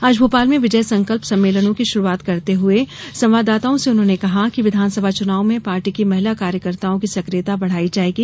आज भोपाल में विजय संकल्प सम्मेलनों की शुरूआत करते हुए संवाददाताओं से उन्होंने कहा कि विधानसभा चुनाव में पार्टी की महिला कार्यकर्ताओं की सकियता बड़ाई जायेगी